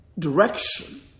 Direction